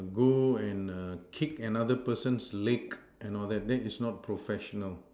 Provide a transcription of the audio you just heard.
go and err kick another person's leg and all that that is not professional